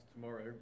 tomorrow